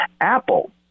Apple